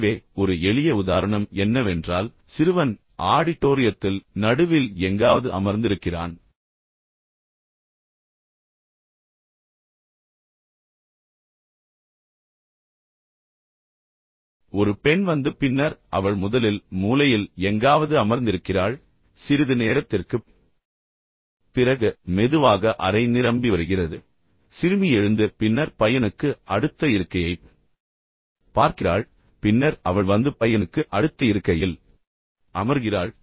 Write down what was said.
எனவே ஒரு எளிய உதாரணம் என்னவென்றால் சிறுவன் ஆடிட்டோரியத்தில் நடுவில் எங்காவது அமர்ந்திருக்கிறான் ஒரு பெண் வந்து பின்னர் அவள் முதலில் மூலையில் எங்காவது அமர்ந்திருக்கிறாள் சிறிது நேரத்திற்குப் பிறகு மெதுவாக அறை நிரம்பி வருகிறது சிறுமி எழுந்து பின்னர் பையனுக்கு அடுத்த இருக்கையைப் பார்க்கிறாள் பின்னர் அவள் வந்து பையனுக்கு அடுத்த இருக்கையில் அமர்கிறாள்